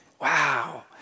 Wow